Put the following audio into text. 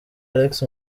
alex